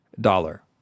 Dollar